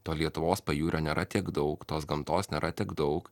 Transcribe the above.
to lietuvos pajūrio nėra tiek daug tos gamtos nėra tiek daug